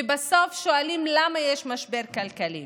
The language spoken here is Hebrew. ובסוף שואלים למה יש משבר כלכלי